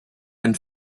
and